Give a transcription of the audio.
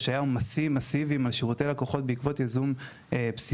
או שהיו עומסים מסיביים על שירותי הלקוחות בעקבות ייזום בסיסי.